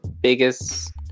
biggest